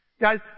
Guys